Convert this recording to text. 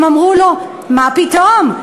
הם אמרו לו: מה פתאום?